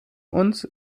uns